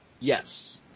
Yes